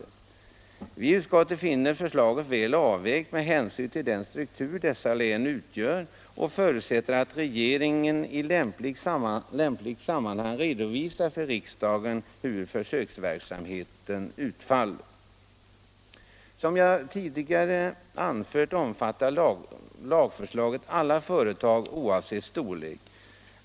Utskottet finner förslaget väl avvägt med hänsyn till den struktur dessa län har och förutsätter att regeringen i lämpligt sammanhang redovisar för riksdagen hur försöksverksamheten utfallit. Som jag tidigare anfört omfattar lagförslaget alla företag oavsett storlek.